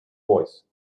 voice